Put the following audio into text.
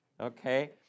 okay